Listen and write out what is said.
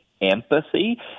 empathy